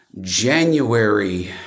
January